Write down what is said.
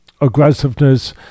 aggressiveness